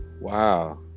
wow